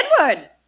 Edward